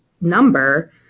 number